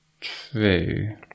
true